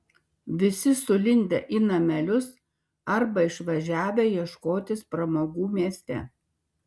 visi sulindę į namelius arba išvažiavę ieškotis pramogų mieste